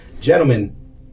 Gentlemen